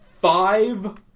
Five